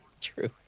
True